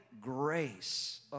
grace